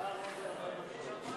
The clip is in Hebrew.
לשנת התקציב 2016,